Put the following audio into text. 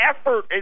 effort